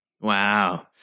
Wow